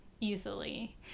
easily